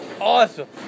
Awesome